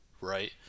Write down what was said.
right